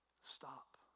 Stop